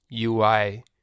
UI